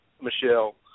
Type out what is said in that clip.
Michelle